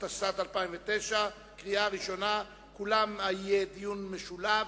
התשס"ט 2009. בכולן יהיה דיון משולב.